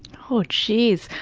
oh jeez.